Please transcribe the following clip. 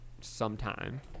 Sometime